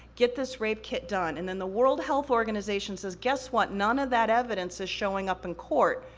get this rape kit done, and then the world health organization says, guess what? none of that evidence is showing up in court,